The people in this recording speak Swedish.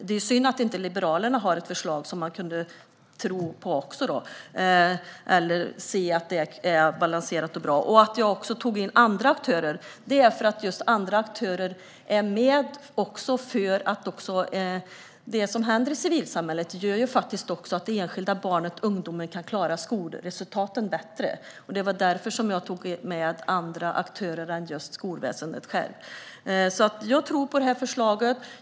Det är synd att Liberalerna inte har något balanserat och bra förslag som man kunde tro på. Jag nämnde andra aktörer för att de är med och deltar. Det som händer i civilsamhället gör att det enskilda barnet och den enskilda ungdomen kan klara skolresultaten bättre. Det var därför som jag tog upp andra aktörer än just skolväsendet. Jag tror på förslaget.